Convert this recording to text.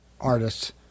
artists